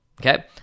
Okay